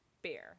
Beer